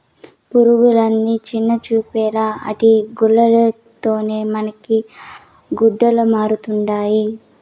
పురుగులని చిన్నచూపేలా ఆటి గూల్ల తోనే మనకి గుడ్డలమరుతండాయి